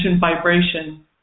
vibration